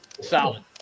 Solid